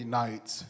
nights